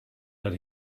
that